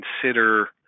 consider